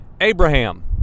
Abraham